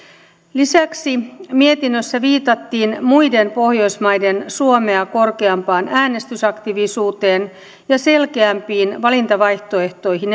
lisäksi mietinnössä viitattiin muiden pohjoismaiden suomea korkeampaan äänestysaktiivisuuteen ja selkeämpiin valintavaihtoehtoihin